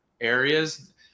areas